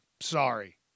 Sorry